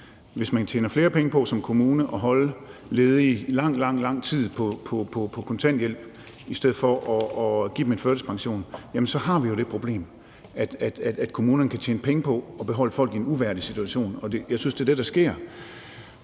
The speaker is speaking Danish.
kommune tjener flere penge på at holde ledige i lang, lang tid på kontanthjælp i stedet for at give dem en førtidspension, jamen så har vi jo det problem, at kommunerne kan tjene penge på at beholde folk i en uværdig situation, og jeg synes, det er det, der sker.